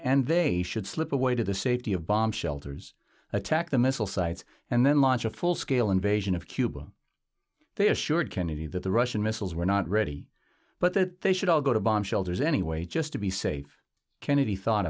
and they should slip away to the safety of bomb shelters attack the missile sites and then launch a full scale invasion of cuba they assured kennedy that the russian missiles were not ready but that they should all go to bomb shelters anyway just to be safe kennedy thought